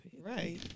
Right